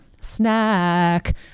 Snack